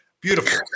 beautiful